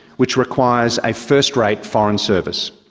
which requires a first-rate foreign service.